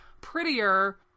prettier